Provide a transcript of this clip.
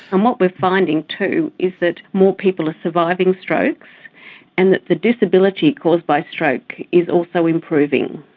and what we're finding too is that more people are surviving strokes and that the disability caused by stroke is also improving.